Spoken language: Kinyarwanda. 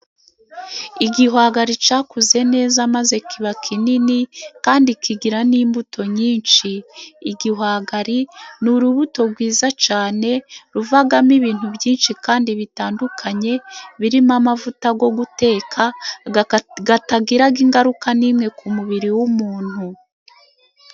Igihwagari cyakuze neza maze kiba kinini, kandi kigira n'imbuto nyinshi, igihwagari ni urubuto rwiza cyane, ruvamo ibintu byinshi kandi bitandukanye, birimo amavuta, yo guteka, atagira ingaruka n'imwe ku mubiri. w'umuntu.